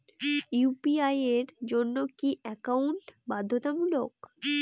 UPI এর জন্য কি একাউন্ট বাধ্যতামূলক?